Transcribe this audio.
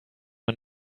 man